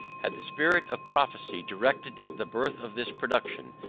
had the spirit of prophecy directed the birth of this production,